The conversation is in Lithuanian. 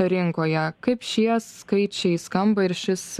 rinkoje kaip šie skaičiai skamba ir šis